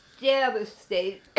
devastated